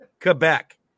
quebec